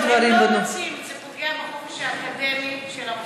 הם לא רוצים, זה פוגע בחופש האקדמי של המוסדות.